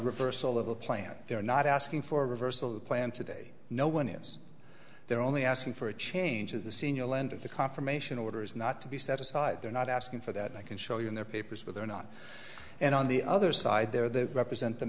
reversal all of a plan they're not asking for a reversal of the plan today no one is there only asking for a change of the senior land of the confirmation orders not to be set aside they're not asking for that i can show you in their papers but they're not and on the other side they're the represent the